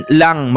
lang